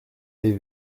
les